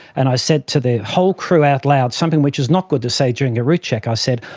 and i said to the whole crew out loud something which is not good to say during a route check, i said,